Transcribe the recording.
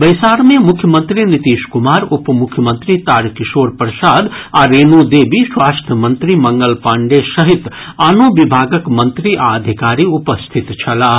बैसार मे मुख्यमंत्री नीतीश कुमार उपमुख्यमंत्री तारकिशोर प्रसाद आ रेणु देवी स्वास्थ्य मंत्री मंगल पांडेय सहित आनो विभागक मंत्री आ अधिकारी उपस्थित छलाह